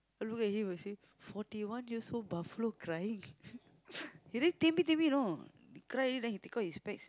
I look at him I say forty one years old buffalo crying he cry already then he take out his specs